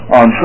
on